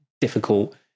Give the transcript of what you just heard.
difficult